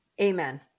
amen